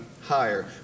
higher